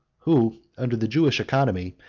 who, under the jewish economy,